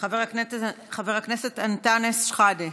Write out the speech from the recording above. חבר הכנסת אנטאנס שחאדה,